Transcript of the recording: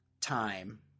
time